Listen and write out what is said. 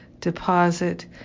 deposit